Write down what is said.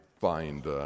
find